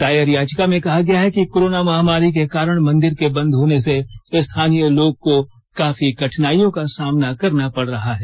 दायर याचिका में कहा गया है कि कोरोना महामारी के कारण मंदिर के बंद होने से स्थानीय लोग को काफी कठिनाइयों का सामना करना पड़ रहा है